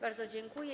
Bardzo dziękuję.